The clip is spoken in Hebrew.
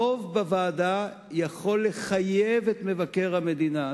רוב בוועדה יכול לחייב את מבקר המדינה,